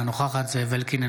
אינה נוכחת זאב אלקין,